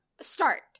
start